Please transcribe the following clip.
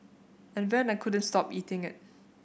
and then I couldn't stop eating it